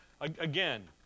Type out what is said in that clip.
again